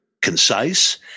concise